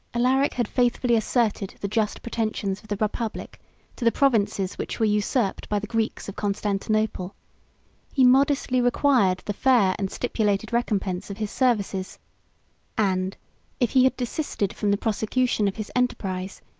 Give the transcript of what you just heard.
alaric had faithfully asserted the just pretensions of the republic to the provinces which were usurped by the greeks of constantinople he modestly required the fair and stipulated recompense of his services and if he had desisted from the prosecution of his enterprise,